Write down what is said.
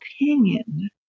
opinion